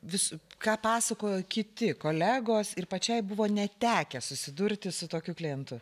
visa ką pasakojo kiti kolegos ir pačiai buvo netekę susidurti su tokiu klientu